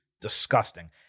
disgusting